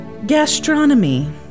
Gastronomy